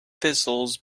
thistles